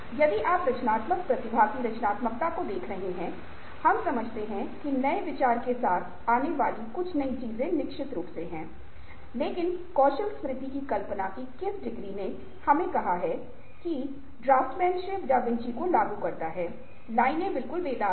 यदि आप रचनात्मक प्रतिभा की रचनात्मकता को देख रहे हैं हम समझते हैं कि नए विचार के साथ आने वाली कुछ नई चीजें निश्चित रूप से हैं लेकिन कौशल स्मृति की कल्पना की किस डिग्री ने हमें कहा कि ड्राफ्टमैनशिप दा विंची को लागू करता है लाइनें बिल्कुल बेदाग हैं